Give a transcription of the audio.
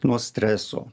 nuo streso